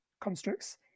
constructs